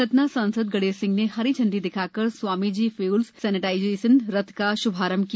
सतना सांसद गणेश सिंह ने हरी झंडी दिखाकर स्वामी जी फ्यूल्स सेनेटाइजरीकरण सेनीटाइजर रथ का श्भारंभ किया